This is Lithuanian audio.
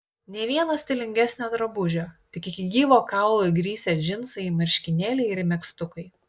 nė vieno stilingesnio drabužio tik iki gyvo kaulo įgrisę džinsai marškinėliai ir megztukai